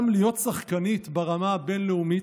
גם להיות שחקנית ברמה הבין-לאומית,